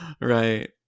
Right